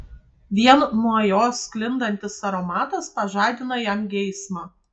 vien nuo jos sklindantis aromatas pažadino jam geismą